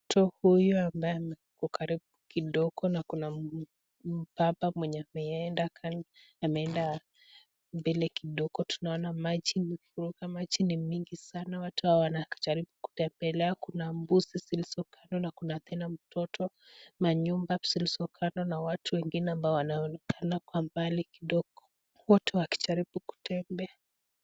Mtoto huyu ambaye ako karibu kidogo, na kuna mbaba mwenye ameenda mbele kidogo tunaona maji ni mingi sana, watu hawa wanajaribu kutembelea, kuna mbuzi zilizo kando na kuna tena mtoto na nyumba zilizo kando na watu wengine ambao wanaonekana kwa mbali kidogo, wote wakijaribu kutembea.